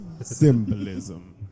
symbolism